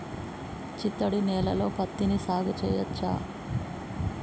చిత్తడి నేలలో పత్తిని సాగు చేయచ్చా?